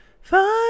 find